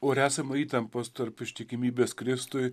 o ar esama įtampos tarp ištikimybės kristui